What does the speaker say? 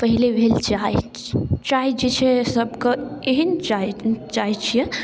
पहिले भेल चाइ चाइ जे छै से सबके एहन चाइ चाइ छिए